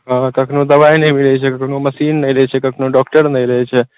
हॅं कखनो दबाइ नहि रहै छै कखनो मशीन नहि रहै छै कखनो डॉक्टर नहि रहै छै